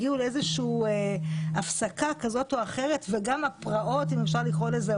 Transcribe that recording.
הגיעו לאיזושהי הפסקה כזאת או אחרת וגם הפרעות אם אפשר לקרוא לזה,